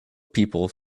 people